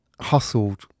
hustled